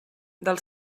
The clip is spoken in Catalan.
del